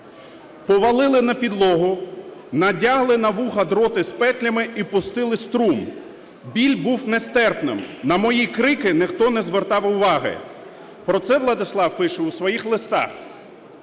"Повалили на підлогу, надягли на вуха дріт із петлями і пустили струм, біль був нестерпним, на мої крики ніхто не звертав уваги", – про це Владислав пише у своїх листах.